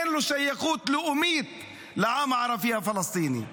ואין לו שייכות לאומית לעם הערבי הפלסטיני.